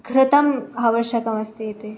घृतम् आवश्यकमस्ति इति